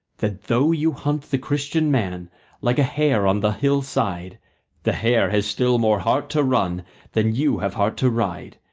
that though you hunt the christian man like a hare on the hill-side the hare has still more heart to run than you have heart to ride.